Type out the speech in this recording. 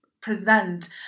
present